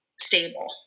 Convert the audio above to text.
stable